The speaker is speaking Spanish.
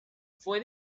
fue